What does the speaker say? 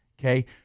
okay